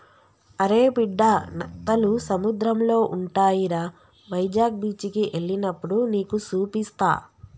అరే బిడ్డా నత్తలు సముద్రంలో ఉంటాయిరా వైజాగ్ బీచికి ఎల్లినప్పుడు నీకు సూపిస్తా